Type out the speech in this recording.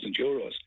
euros